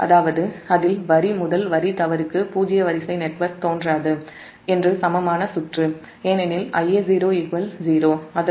அதாவது அதில் வரி முதல் தவறு வரிக்கு பூஜ்ஜிய என்று சமமான சுற்று நெட்வொர்க் வரிசை தோன்றாதுஏனெனில் Ia0 0 அதற்கு வரும்